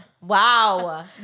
wow